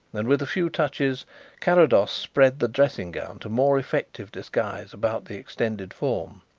and with a few touches carrados spread the dressing-gown to more effective disguise about the extended form.